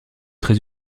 très